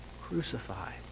crucified